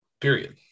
period